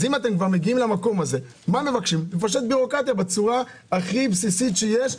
אם אתם מגיעים למקום הזה - מבקשים לפשט בירוקרטיה בצורה הכי בסיסית שיש,